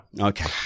Okay